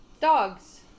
Dogs